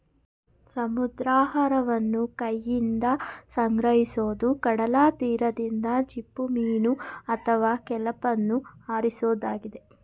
ಸಮುದ್ರಾಹಾರವನ್ನು ಕೈಯಿಂದ ಸಂಗ್ರಹಿಸೋದು ಕಡಲತೀರದಿಂದ ಚಿಪ್ಪುಮೀನು ಅಥವಾ ಕೆಲ್ಪನ್ನು ಆರಿಸೋದಾಗಿದೆ